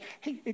hey